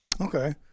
Okay